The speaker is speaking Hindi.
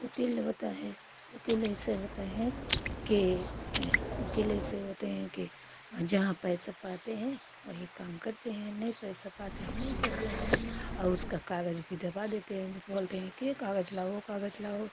वकील होता है वकील ऐसे होते हैं के वक़ील ऐसे होते हैं कि जहाँ पैसा पाते हैं वही काम करते हैं नहीं पैसा पाते हैं नहीं करते हैं अ उसका काग़ज़ भी दबा देते हैं जब बोलते हैं कि यह काग़ज़ लाओ वह काग़ज़ लाओ